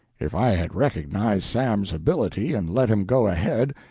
if i had recognized sam's ability and let him go ahead,